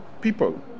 people